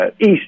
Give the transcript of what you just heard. east